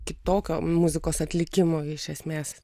kitokio muzikos atlikimo iš esmės